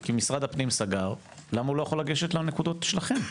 כי משרד הפנים סגר למה הוא לא יכול לגשת לנקודות שלכם?